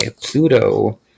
Pluto